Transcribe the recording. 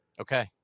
Okay